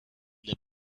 the